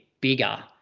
bigger